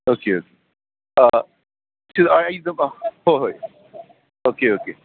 okay okay ꯁꯤꯗ ꯑꯩ ꯑꯗꯨꯝ ꯑꯣ ꯍꯣꯏ ꯍꯣꯏ ꯑꯣꯀꯦ ꯑꯣꯀꯦ